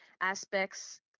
aspects